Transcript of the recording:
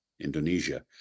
Indonesia